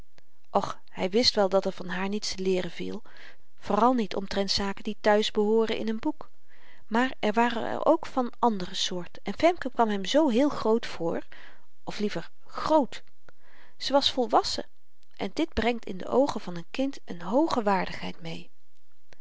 och hy wist wel dat er van haar niets te leeren viel vooral niet omtrent zaken die te-huis behooren in n boek maar er waren er ook van andere soort en femke kwam hem zoo heel groot voor of liever groot ze was volwassen en dit brengt in de oogen van n kind n hooge waardigheid mee